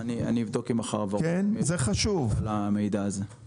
אני אבדוק עם החברות על המידע הזה זה חשוב.